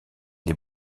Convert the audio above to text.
des